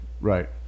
Right